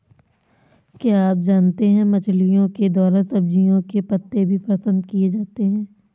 क्या आप जानते है मछलिओं के द्वारा सब्जियों के पत्ते भी पसंद किए जाते है